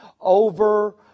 over